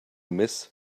miss